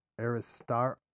Aristar